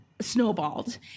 snowballed